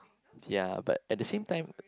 ya but at the same time